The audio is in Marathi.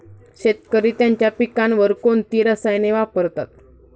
शेतकरी त्यांच्या पिकांवर कोणती रसायने वापरतात?